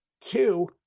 Two